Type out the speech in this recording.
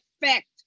effect